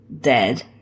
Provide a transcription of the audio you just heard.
dead